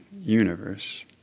universe